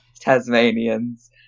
Tasmanians